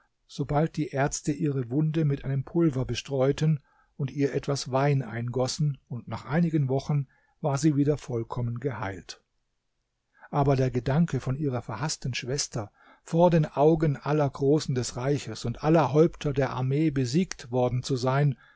sobald die ärzte ihre wunde mit einem pulver bestreuten und ihr etwas wein eingossen und nach einigen wochen war sie wieder vollkommen geheilt aber der gedanke von ihrer verhaßten schwester vor den augen aller großen des reiches und aller häupter der armee besiegt worden zu sein